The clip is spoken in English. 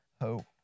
hope